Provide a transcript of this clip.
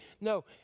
No